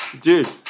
Dude